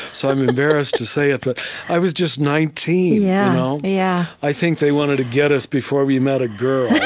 so i'm embarrassed to say it, but i was just nineteen. yeah yeah i think they wanted to get us before we met a girl